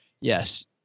Yes